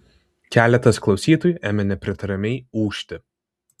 keletas klausytojų ėmė nepritariamai ūžti